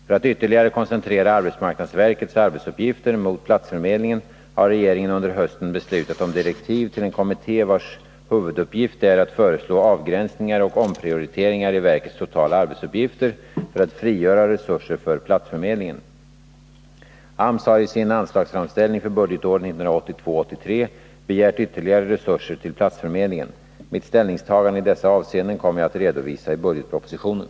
För att ytterligare koncentrera arbetsmarknadsverkets arbetsuppgifter mot platsförmedlingen har regeringen under hösten beslutat om direktiv till en kommitté, vars huvuduppgift är att föreslå avgränsningar och omprioriteringar i verkets totala arbetsuppgifter för att frigöra resurser för platsförmedlingen. AMS har i sin anslagsframställning för budgetåret 1982/83 begärt ytterligare resurser till platsförmedlingen. Mitt ställningstagande i dessa avseenden kommer jag att redovisa i budgetpropositionen.